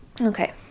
Okay